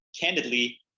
Candidly